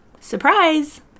Surprise